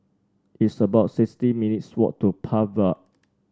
it's about sixty minutes' walk to Park Vale